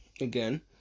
again